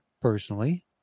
personally